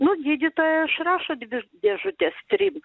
nu gydytoja išrašo dvi dėžutes trim